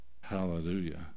Hallelujah